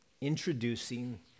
introducing